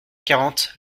quarante